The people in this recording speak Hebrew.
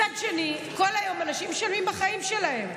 מצד שני, כל היום אנשים משלמים בחיים שלהם.